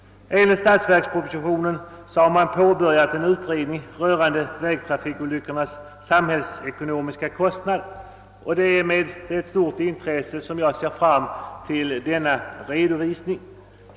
Enligt statsverkspropositionen har en utredning påbörjats rörande vägtrafikolyckornas samhällsekonomiska kostnad. Det är med mycket stort intresse jag ser fram emot denna redovisning.